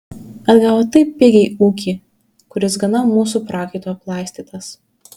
atgavo taip pigiai ūkį kuris gana mūsų prakaitu aplaistytas